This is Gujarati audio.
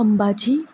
અંબાજી